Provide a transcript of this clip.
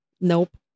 Nope